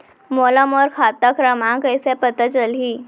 मोला मोर खाता क्रमाँक कइसे पता चलही?